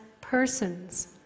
persons